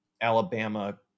Alabama –